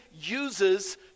uses